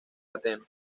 atenas